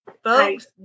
Folks